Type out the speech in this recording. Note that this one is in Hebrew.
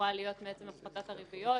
שיכולה להיות מעצם הפחתת הריביות,